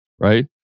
right